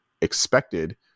expected